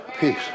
peace